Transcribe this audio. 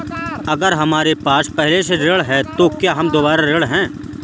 अगर हमारे पास पहले से ऋण है तो क्या हम दोबारा ऋण हैं?